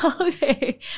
Okay